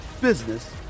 business